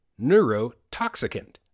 neurotoxicant